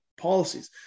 policies